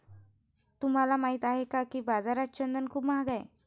तुम्हाला माहित आहे का की बाजारात चंदन खूप महाग आहे?